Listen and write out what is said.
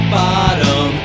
bottom